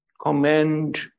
commend